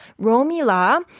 Romila